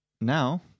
Now